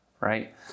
right